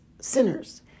sinners